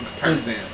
person